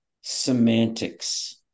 semantics